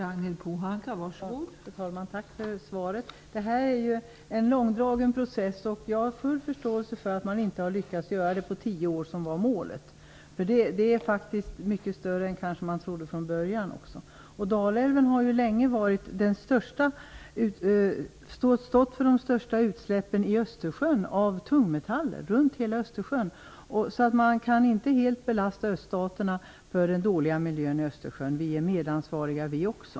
Fru talman! Tack för svaret. Detta är ju en långdragen process. Jag har full förståelse för att man inte har lyckats göra detta på tio år, som var målet. Detta är kanske mycket större än man trodde från början. Dalälven har ju länge stått för de största utsläppen av tungmetaller i Östersjön. Vi kan inte enbart belasta öststaterna för den dåliga miljön i Östersjön. Vi är också medansvariga.